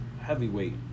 heavyweight